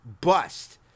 bust